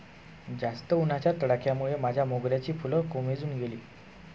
जास्त उन्हाच्या तडाख्यामुळे माझ्या मोगऱ्याची फुलं कोमेजून गेली